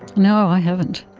no, i haven't.